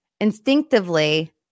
instinctively